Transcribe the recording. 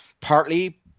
partly